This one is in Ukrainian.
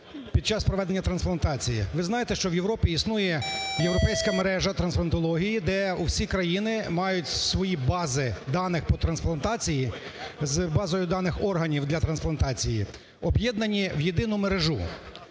під час проведення трансплантації. Ви знаєте, що в Європі існує європейська мережатрансплантології, де усі країни мають свої бази даних по трансплантації з базою даних органів для трансплантації, об'єднані в єдину мережу.